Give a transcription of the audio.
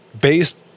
based